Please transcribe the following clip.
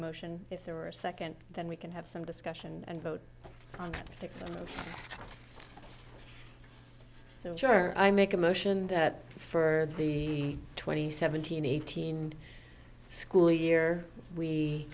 motion if there were a second then we can have some discussion and vote on it so sure i make a motion that for the twenty seventeen eighteen school year